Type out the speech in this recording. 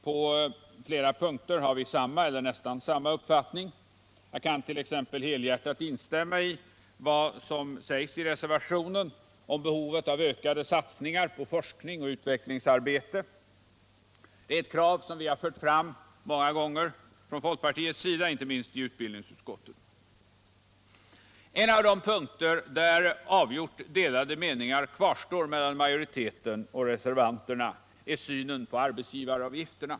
På flera punkter har vi samma eller nästan samma uppfattning, Jag kan t.ex. helhjärtat instämma i vad som sägs i reservationen om behovet av ökade satsningar på forskning och utvecklingsarbete. Det kravet har vi fört fram många gånger från folkpartiets sida, bl.a. i utbildningsutskottet. En punkt där delade meningar kvarstår mellan majoriteten och reservanterna är synen på arbetsgivaravgifterna.